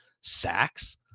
sacks